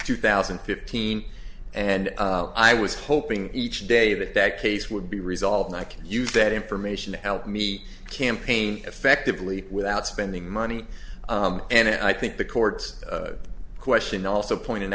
two thousand and fifteen and i was hoping each day that that case would be resolved i could use that information to help me campaign effectively without spending money and i think the courts question also pointed